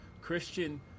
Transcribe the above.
Christian